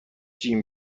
جیم